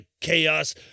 Chaos